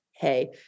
hey